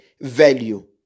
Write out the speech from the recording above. value